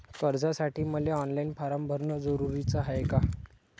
कर्जासाठी मले online form भरन जरुरीच हाय का?